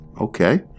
Okay